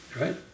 right